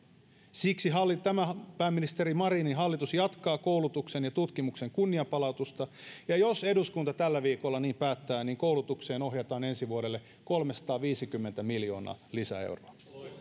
siksi pääministeri marinin hallitus jatkaa koulutuksen ja tutkimuksen kunnianpalautusta ja jos eduskunta tällä viikolla niin päättää niin koulutukseen ohjataan ensi vuodelle kolmesataaviisikymmentä miljoonaa lisäeuroa